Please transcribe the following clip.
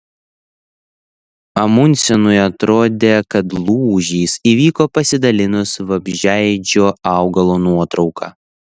amundsenui atrodė kad lūžis įvyko pasidalinus vabzdžiaėdžio augalo nuotrauka